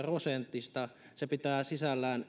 prosenttia elikkä se pitää sisällään